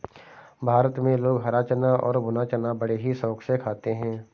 भारत में लोग हरा चना और भुना चना बड़े ही शौक से खाते हैं